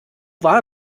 war